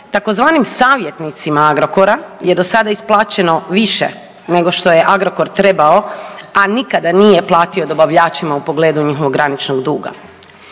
tzv. savjetnicima Agrokora je do sada isplaćeno više nego što je Agrokor trebao a nikada nije platio dobavljačima u pogledu njihovog graničnog duga.